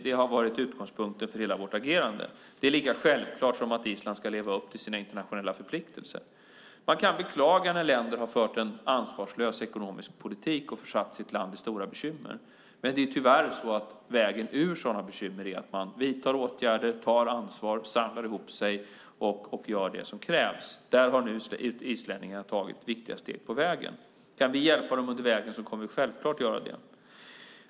Det har varit utgångspunkten för hela vårt agerande. Det är lika självklart som att Island ska leva upp till sina internationella förpliktelser. Man kan beklaga när länder har fört en ansvarslös ekonomisk politik och försatt sig i stora bekymmer. Men det är tyvärr så att vägen ur sådana bekymmer är att man vidtar åtgärder, tar ansvar, samlar ihop sig och gör det som krävs. Där har nu islänningarna tagit viktiga steg på vägen. Kan vi hjälpa dem på vägen kommer vi självklart att göra det.